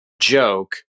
joke